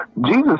Jesus